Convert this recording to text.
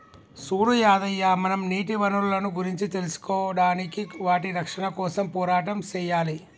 సూడు యాదయ్య మనం నీటి వనరులను గురించి తెలుసుకోడానికి వాటి రక్షణ కోసం పోరాటం సెయ్యాలి